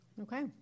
Okay